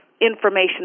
information